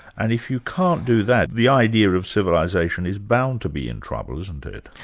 and if you can't do that, the idea of civilisation is bound to be in trouble, isn't it?